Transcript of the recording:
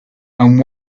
and